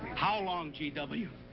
how long, g w?